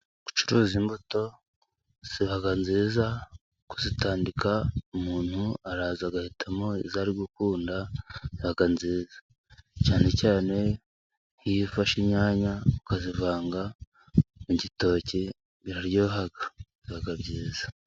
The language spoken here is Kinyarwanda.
Gucuruza imbuto, ziba nziza kuzitandika .Umuntu araza agahitamo izo ari gukunda ziba nziza, cyane cyane iyo ufashe inyanya ukazivanga mu gitoki, biraryohaha biba byiza.